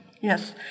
Yes